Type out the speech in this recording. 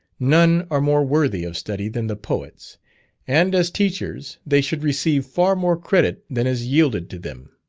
none are more worthy of study than the poets and, as teachers, they should receive far more credit than is yielded to them.